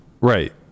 Right